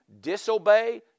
disobey